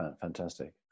fantastic